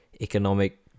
economic